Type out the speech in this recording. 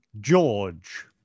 George